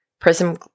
prism